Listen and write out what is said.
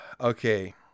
Okay